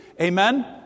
Amen